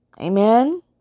Amen